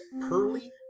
Pearly